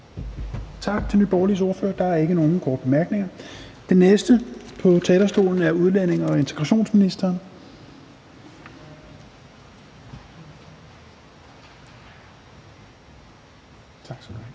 Tak til Nye Borgerliges ordfører. Der er ikke nogen korte bemærkninger. Den næste taler er udlændinge- og integrationsministeren. Kl.